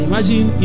Imagine